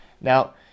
Now